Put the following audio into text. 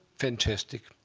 fantastic.